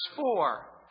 four